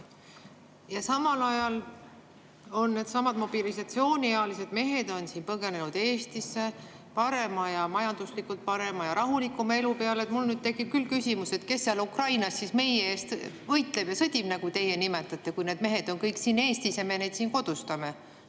Ja samal ajal on needsamad mobilisatsiooniealised mehed põgenenud Eestisse parema, majanduslikult parema ja rahulikuma elu peale. Mul tekib küll küsimus, et kes seal Ukrainas siis meie eest võitleb ja sõdib, nagu teie nimetate, kui need mehed on kõik siin Eestis ja me neid siin kodustame.